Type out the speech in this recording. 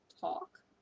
talk